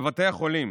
בבתי החולים